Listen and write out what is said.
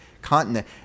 continent